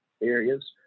areas